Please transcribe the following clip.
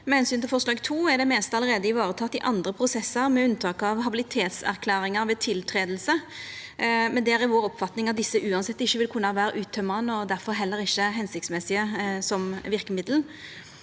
Med omsyn til forslag nr. 2 er det meste allereie vareteke i andre prosessar, med unntak av habilitetserklæringar ved tiltreding, men der er oppfatninga vår at desse uansett ikkje vil kunna vera uttømande og difor heller ikkje hensiktsmessige som verkemiddel.